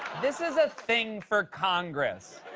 this is a thing for congress.